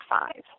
five